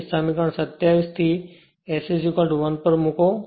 તેથી સમીકરણ 27 થી S 1 મૂકો